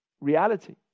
reality